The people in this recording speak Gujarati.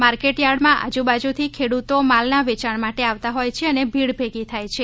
માર્કેટ થાર્ડમાં આજબાજુથી ખેડૂતો માલના વેચાણ માટે આવતા હોયછે અને ભીડ ભેગી થાય છે